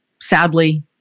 sadly